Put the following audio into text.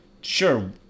Sure